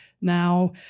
Now